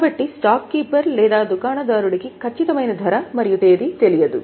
కాబట్టి stock keeper లేదా దుకాణదారుడికి ఖచ్చితమైన ధర మరియు తేదీ తెలియదు